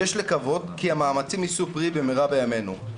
יש לקוות כי המאמצים יישאו פרי במהרה בימינו.